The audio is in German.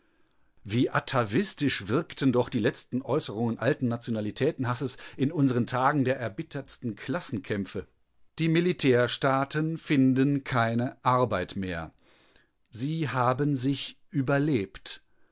wie atavistisch wirkten doch die letzten äußerungen alten nationalitätenhasses in unseren tagen der erbittertsten klassenkämpfe die militärstaaten finden keine arbeit mehr sie haben sich überlebt